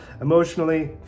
emotionally